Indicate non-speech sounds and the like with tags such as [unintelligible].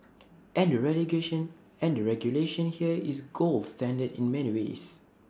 and the regulation [unintelligible] here is gold standard in many ways